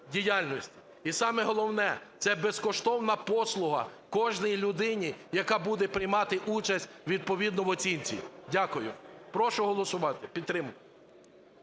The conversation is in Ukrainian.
І саме головне – це безкоштовна послуга кожній людині, яка буде приймати участь відповідно в оцінці. Дякую. Прошу голосувати, підтримати.